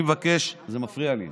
אני מבקש לצטט לכם